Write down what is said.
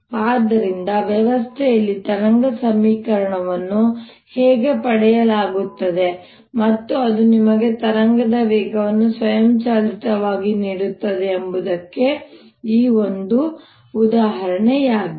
ಆದ್ದರಿಂದ ವ್ಯವಸ್ಥೆಯಲ್ಲಿ ತರಂಗ ಸಮೀಕರಣವನ್ನು ಹೇಗೆ ಪಡೆಯಲಾಗುತ್ತದೆ ಮತ್ತು ಅದು ನಿಮಗೆ ತರಂಗದ ವೇಗವನ್ನು ಸ್ವಯಂಚಾಲಿತವಾಗಿ ನೀಡುತ್ತದೆ ಎಂಬುದಕ್ಕೆ ಈ ಒಂದು ಉದಾಹರಣೆಯಾಗಿದೆ